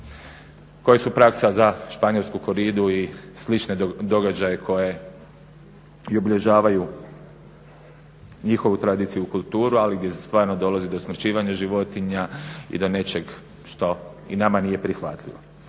koji su praksa za španjolsku koridu i slične događaje koji i obilježavaju njihovu tradiciju u kulturi, ali gdje stvarno dolazi do usmrćivanja životinja i do nečeg što i nama nije prihvatljivo.